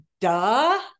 duh